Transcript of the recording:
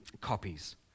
copies